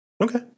Okay